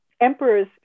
emperors